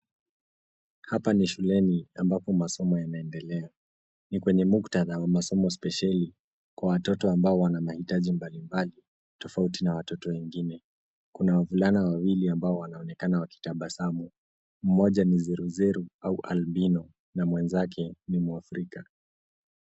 Hapa ni shuleni ambapo masomo yanaendelea. Ni kwenye muktadha wa masomo spesheli kwa watoto ambao wana mahitaji mbalimbali tofauti na watoto wengine. Kuna wavulana wawili ambao wanaonekana wakitabasamu; mmoja ni zeruzeru au albino, na mwenzake ni Mwafrika.